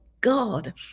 God